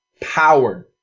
powered